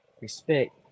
Respect